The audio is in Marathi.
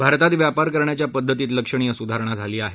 भारतात व्यापार करण्याच्या पद्धतीत लक्षणीय सुधारणा झाली आहे